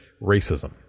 racism